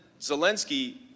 Zelensky